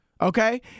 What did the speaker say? okay